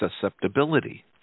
susceptibility